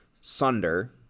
Sunder